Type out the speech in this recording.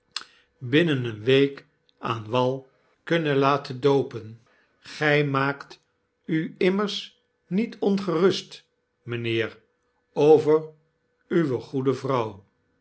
nen eene week aan wal kunnen laten doopen gy maakt u immers niet ongerust mynheer over uwe goede vrouw